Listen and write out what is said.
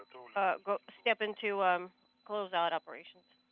ah but step in to um close out operations.